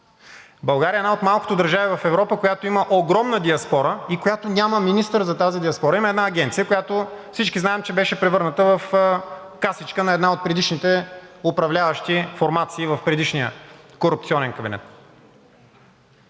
България е една от малкото държави в Европа, която има огромна диаспора и която няма министър за тази диаспора. Има една Агенция, която всички знаем, че беше превърната в касичка на една от предишните управляващи формации в предишния корупционен кабинет.